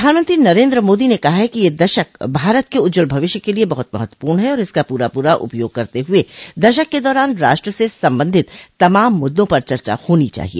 प्रधानमंत्री नरेन्द्र मोदी ने कहा है कि यह दशक भारत के उज्ज्वल भविष्य के लिए बड़ा महत्वपूर्ण है और इसका पूरा पूरा उपयोग करते हुए दशक के दौरान राष्ट्र से संबंधित तमाम मुद्दों पर चर्चा होनी चाहिए